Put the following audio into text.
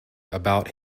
about